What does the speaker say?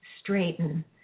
straighten